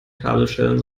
kabelschellen